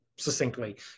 succinctly